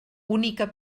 única